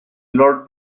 lord